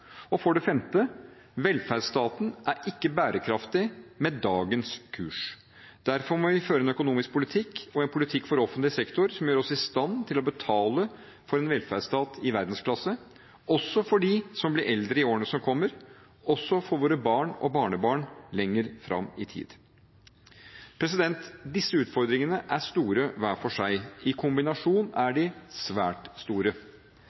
Og for det femte: Velferdsstaten er ikke bærekraftig med dagens kurs. Derfor må vi føre en økonomisk politikk og en politikk for offentlig sektor som gjør oss i stand til å betale for en velferdsstat i verdensklasse, også for dem som blir eldre i årene som kommer, også for våre barn og barnebarn lenger fram i tid. Disse utfordringene er store hver for seg. I kombinasjon er de svært store.